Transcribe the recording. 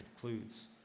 concludes